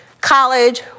college